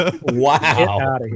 Wow